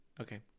Okay